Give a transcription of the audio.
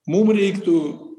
mum reiktų